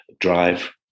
drive